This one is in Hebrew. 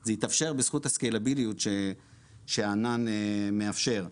זה התאפשר בזכות הסקלביליות שהענן מאפשר.